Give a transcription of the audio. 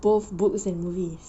both books and movies